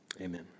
Amen